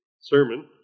sermon